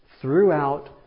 throughout